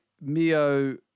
Mio